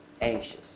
anxious